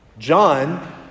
John